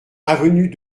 avenue